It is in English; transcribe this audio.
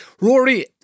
Rory